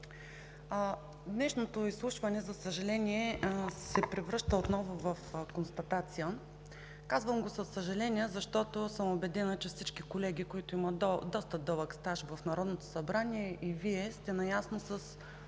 Днешното изслушване, за съжаление, се превръща отново в констатация. Казвам го със съжаление, защото съм убедена, че всички колеги, които имат доста дълъг стаж в Народното събрание, и Вие сте наясно с